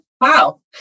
wow